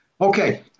Okay